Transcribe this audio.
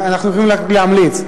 אנחנו יכולים רק להמליץ.